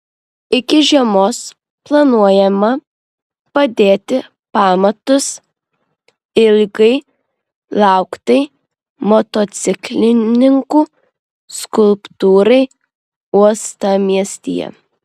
iki žiemos planuojama padėti pamatus ilgai lauktai motociklininkų skulptūrai uostamiestyje